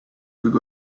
could